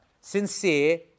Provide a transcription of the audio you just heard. Sincere